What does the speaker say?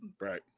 right